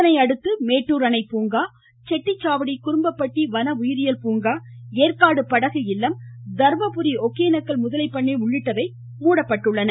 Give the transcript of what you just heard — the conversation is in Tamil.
இதனையடுத்து மேட்டூர் அணை பூங்கா செட்டிச்சாவடி குரும்பப்பட்டி வன உயிரியல் பூங்கா ஏற்காடு படகு இல்லம் தர்மபுரி ஒகேனக்கல் முதலைப்பண்ணை உள்ளிட்டவை மூடப்பட்டன